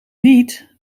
niet